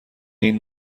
این